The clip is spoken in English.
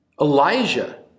Elijah